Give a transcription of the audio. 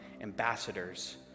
ambassadors